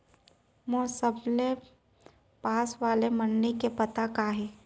मोर सबले पास वाले मण्डी के पता का हे?